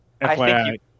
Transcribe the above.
FYI